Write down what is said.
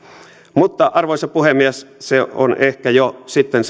mutta arvoisa puhemies se on ehkä sitten